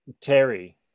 terry